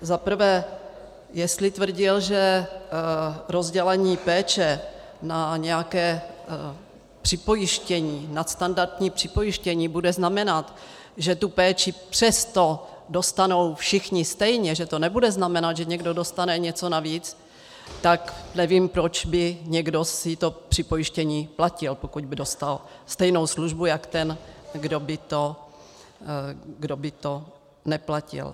Zaprvé, jestli tvrdil, že rozdělení péče na nějaké připojištění, nadstandardní připojištění bude znamenat, že tu péči přesto dostanou všichni stejně, že to nebude znamenat, že někdo dostane něco navíc, tak nevím, proč by si někdo to připojištění platil, pokud by dostal stejnou službu jako ten, kdo by to neplatil.